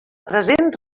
present